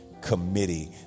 committee